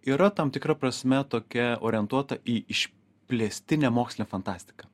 yra tam tikra prasme tokia orientuota į išplėstinę mokslinę fantastiką